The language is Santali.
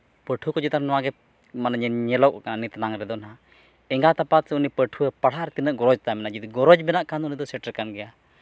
ᱯᱟᱹᱴᱷᱩᱣᱟᱹ ᱠᱚ ᱪᱮᱛᱟᱱ ᱱᱚᱣᱟᱜᱮ ᱧᱮᱞᱚᱜ ᱠᱟᱱᱟ ᱱᱤᱛᱱᱟᱝ ᱨᱮᱫᱚ ᱦᱟᱸᱜ ᱮᱸᱜᱟᱛ ᱟᱯᱟᱛ ᱥᱮ ᱩᱱᱤ ᱯᱟᱹᱴᱷᱩᱣᱟᱹ ᱯᱟᱲᱦᱟᱜ ᱨᱮ ᱛᱤᱱᱟᱹᱜ ᱜᱚᱨᱚᱡᱽ ᱛᱟᱭ ᱢᱮᱱᱟᱜᱼᱟ ᱡᱩᱫᱤ ᱜᱚᱨᱚᱡᱽ ᱢᱮᱱᱟᱜ ᱠᱷᱟᱱ ᱫᱚ ᱩᱱᱤ ᱫᱚᱭ ᱥᱮᱴᱮᱨ ᱠᱟᱱ ᱜᱮᱭᱟ